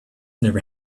never